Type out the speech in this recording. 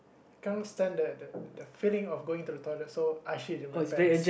cannot stand the that that feeling of going to the toilet so I shit in my pants